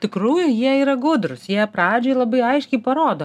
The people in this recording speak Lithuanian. tikrųjų jie yra gudrūs jie pradžioj labai aiškiai parodo